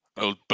Old